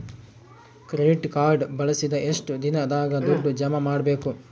Credit card ಬಳಸಿದ ಎಷ್ಟು ದಿನದಾಗ ದುಡ್ಡು ಜಮಾ ಮಾಡ್ಬೇಕು?